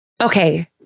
Okay